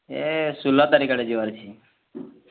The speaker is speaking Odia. ଏ ଷୁଲ ତାରିଖ୍ ଆଡ଼େ ଯିବାର୍ ଅଛି